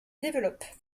développe